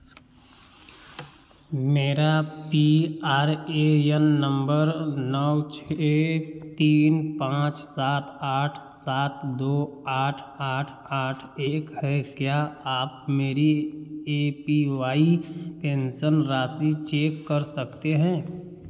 मेरा P R A N नंबर नौ छः तीन पाँच सात आठ सात दो आठ आठ आठ एक के है क्या आप मेरी ए पी वाई पेंसन राशि चेक कर सकते हैं